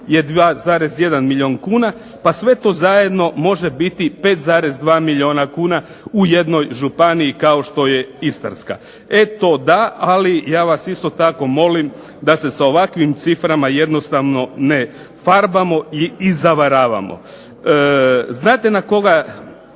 je 2,1 milijun kuna. Pa sve to zajedno može biti 5,2 milijuna kuna u jednoj županiji kao što je istarska. E to da, ali ja vas isto tako molim da se sa ovakvim ciframa jednostavno ne farbamo i zavaravamo. Znate na koga